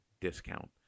discount